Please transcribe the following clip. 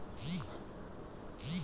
खेत एगो उपजाऊ जगह होय छै